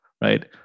right